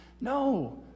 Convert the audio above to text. No